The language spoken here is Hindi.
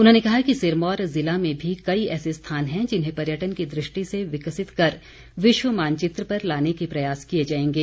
उन्होंने कहा कि सिरमौर ज़िला में भी कई ऐसे स्थान हैं जिन्हें पर्यटन की दृष्टि से विकसित कर विश्व मानचित्र पर लाने के प्रयास किए जाएंगे